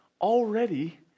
already